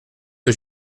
que